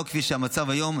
ולא כפי שהמצב היום,